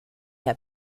herr